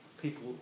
people